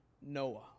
Noah